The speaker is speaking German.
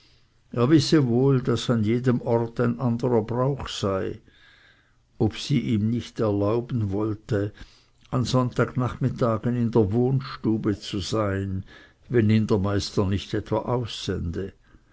er wisse wohl daß an jedem ort ein anderer brauch sei ob sie ihm nicht erlauben wollte an sonntagnachmittagen in der wohnstube zu sein wenn ihn der meister nicht etwa aussende